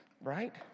Right